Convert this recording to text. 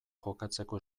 jokatzeko